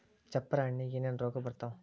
ಚಪ್ರ ಹಣ್ಣಿಗೆ ಏನೇನ್ ರೋಗ ಬರ್ತಾವ?